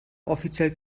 offiziell